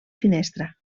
finestra